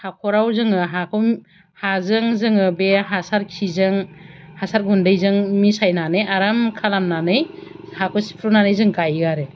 हाखराव जोङो हाखौ हाजों जोङो बे हासार खिजों हासार गुन्दैजों मिसायनानै आराम खालामनानै हाखौ सिफ्रुनानै जों गाइयो आरो